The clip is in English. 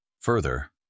Further